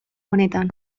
honetan